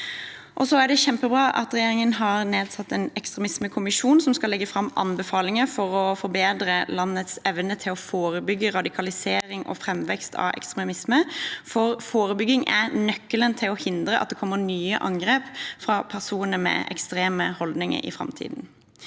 Det er kjempebra at regjeringen har nedsatt en ekstremismekommisjon som skal legge fram anbefalinger for å forbedre landets evne til å forebygge radikalisering og framvekst av ekstremisme. Forebygging er nøkkelen til å hindre at det kommer nye angrep i framtiden fra personer med ekstreme holdninger. Rasisme,